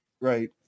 Right